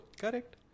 Correct